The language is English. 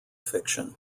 fiction